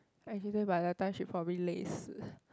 I by the time she probably 累死